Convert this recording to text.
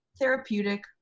therapeutic